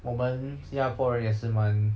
我们新加坡人也是蛮